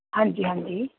ਹਾਂਜੀ ਹਾਂਜੀ